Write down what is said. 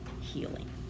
healing